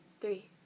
three